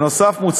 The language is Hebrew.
נוסף על כך,